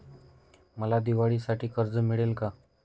मला दिवाळीसाठी कर्ज मिळेल का?